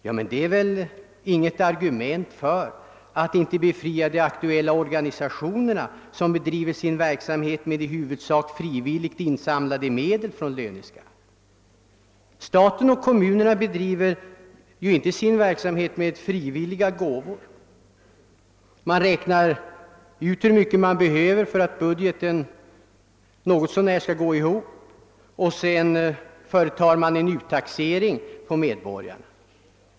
Ja, men det är väl inget argument för att inte befria de här aktuella organisationerna, som bedriver sin verksamhet med i huvudsak frivilligt insamlade medel, från löneskatt. Staten och kommunerna bedriver ju inte sin verksamhet på basis av frivilliga gåvor — det görs en beräkning av hur mycket som behövs för att budgeten något så när skall gå ihop, och sedan företas en uttaxering av medborgarna.